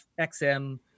XM